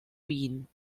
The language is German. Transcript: wien